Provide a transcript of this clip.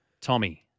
Tommy